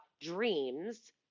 dreams